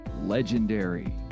legendary